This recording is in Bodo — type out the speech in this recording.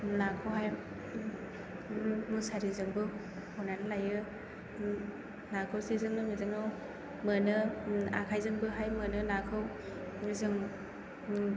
नाखौहाय मुसारिजोंबो हमनानै लायो नाखौ जेजोंनो मेजोंनो मोनो आखाइजोंबो मोनो नाखौ जों